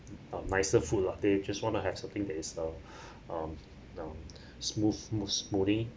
uh nicer food lah they just want to have something that is uh um um smooth smoothi~